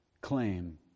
claim